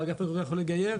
ואגף הגיור יכול לגייר.